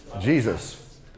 Jesus